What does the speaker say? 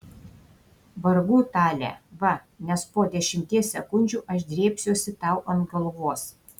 vargu tale va nes po dešimties sekundžių aš drėbsiuosi tau ant galvos